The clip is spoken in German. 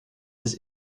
des